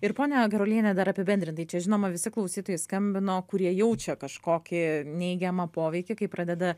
ir ponia garuoliene dar apibendrintai čia žinoma visi klausytojai skambino kurie jaučia kažkokį neigiamą poveikį kai pradeda